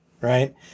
right